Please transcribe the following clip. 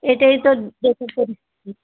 এটাই তো দেখে চলেছি